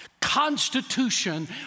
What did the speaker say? Constitution